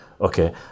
Okay